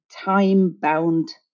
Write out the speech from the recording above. time-bound